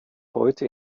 heute